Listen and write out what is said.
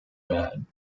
bad